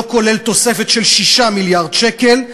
לא כולל תוספת של 6 מיליארד שקל.